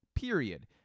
period